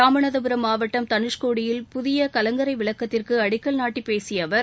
இராமநாதபுரம் மாவட்டம் தனுஷ்கோடியில் புதிய கலங்கரை விளக்கத்திற்கு அடிக்கல் நாட்டி பேசிய அவர்